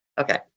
Okay